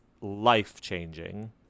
life-changing